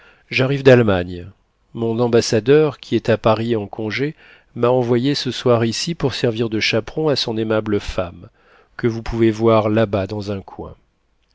j'arrive d'allemagne mon ambassadeur qui est à paris en congé m'a envoyé ce soir ici pour servir de chaperon à son aimable femme que vous pouvez voir là-bas dans un coin